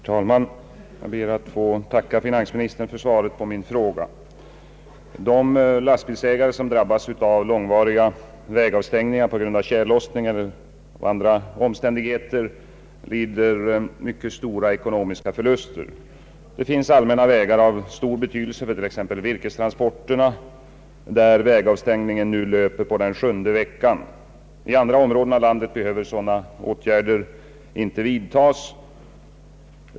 Herr talman! Jag ber att få tacka finansministern för svaret på min fråga. tjällossning och andra omständigheter lider mycket stora ekonomiska förluster. Det finns allmänna vägar av stor betydelse för t.ex. virkestransporterna, där vägavstängningen nu löper på den sjunde veckan. I andra områden av landet behöver sådana åtgärder inte vidtas.